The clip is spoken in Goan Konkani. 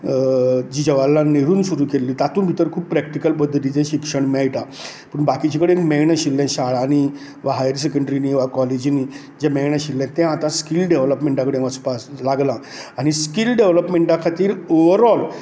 जी जवाहरलाल नेहरून सुरू केल्ली तातूंत भितर खूब प्रॅक्टीकल पद्दतीचें शिक्षण मेळटा पूण बाकिचें कडेन मेळनाशिल्लें शाळांनी हायर सॅकेंडरिंनी वा कॉलेजिनी जें मेळनाशिल्लें तें आता स्किल डॅवलपमेंटाकडेन वचपा लागलां आनी स्किल डॅवलपमेंटा खातीर ऑवरऑल